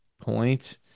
Point